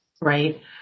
right